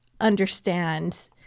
understand